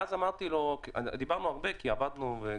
ואז הוא גם אמר לי משהו שגם